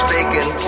Bacon